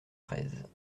treize